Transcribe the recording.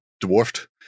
dwarfed